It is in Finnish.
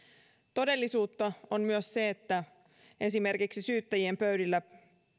todellisuutta on myös se että esimerkiksi syyttäjien pöydillä